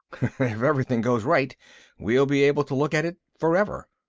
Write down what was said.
if everything goes right we'll be able to look at it forever.